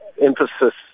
emphasis